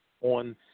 on